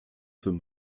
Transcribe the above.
zum